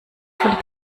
von